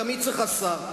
גם היא צריכה שר.